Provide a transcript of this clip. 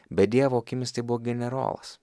bet dievo akimis tai buvo generolas